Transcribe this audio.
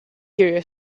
you